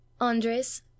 andres